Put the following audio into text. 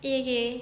okay okay